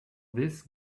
this